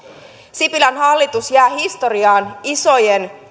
sipilän hallitus jää historiaan isojen